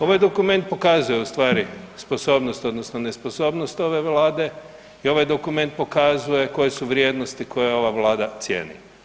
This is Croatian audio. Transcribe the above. Ovaj dokument pokazuje u stvari sposobnost odnosno nesposobnost ove Vlade i ovaj dokument pokazuje koje su vrijednosti koje ova Vlade cijeni.